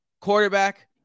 quarterback